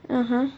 (uh huh)